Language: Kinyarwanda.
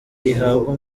ihabwa